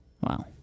Wow